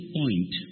point